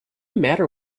matter